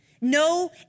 no